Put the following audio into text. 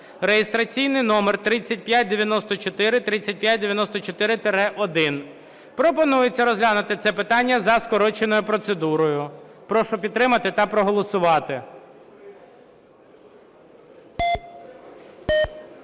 (реєстраційний номер 3594, 3594-1). Пропонується розглянути це питання за скороченою процедурою. Прошу підтримати та проголосувати.